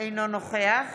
אינו נוכח